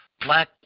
black